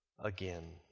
again